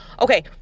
Okay